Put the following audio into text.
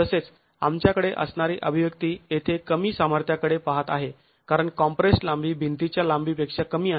तसेच आमच्याकडे असणारी अभिव्यक्ति येथे कमी सामर्थ्या कडे पाहत आहे कारण कॉम्प्रेस्ड् लांबी भिंतीच्या लांबी पेक्षा कमी आहे